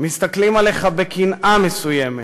מסתכלים עליך בקנאה מסוימת,